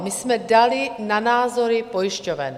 A my jsme dali na názory pojišťoven.